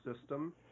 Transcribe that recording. system